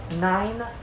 nine